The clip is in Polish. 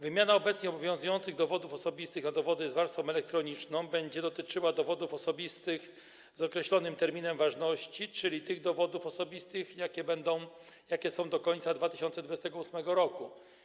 Wymiana obecnie obowiązujących dowodów osobistych na dowody z warstwą elektroniczną będzie dotyczyła dowodów osobistych z określonym terminem ważności, czyli tych dowodów osobistych, jakie będą, jakie są do końca 2028 r.